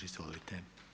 Izvolite.